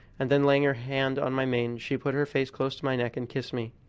and then laying her hand on my mane she put her face close to my neck and kissed me.